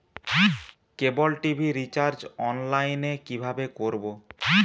কেবল TV recharge online এ কিভাবে করব?